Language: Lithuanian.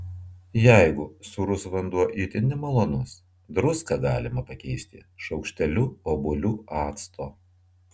jeigu sūrus vanduo itin nemalonus druską galima pakeisti šaukšteliu obuolių acto